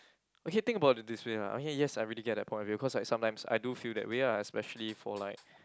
okay think about it this way lah okay yes I really get that point of view cause like sometimes I do feel that way ah especially for like